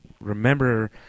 remember